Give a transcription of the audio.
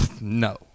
no